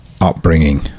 upbringing